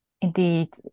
indeed